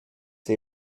the